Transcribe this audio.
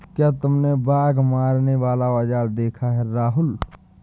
क्या तुमने बाघ मारने वाला औजार देखा है राहुल?